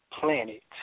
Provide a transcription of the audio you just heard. Planet